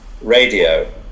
radio